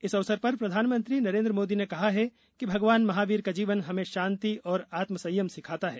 इस अवसर पर प्रधानमंत्री नरेन्द्र मोदी ने कहा है कि भगवान महावीर का जीवन हमें शांति और आत्मसंयम सिखाता है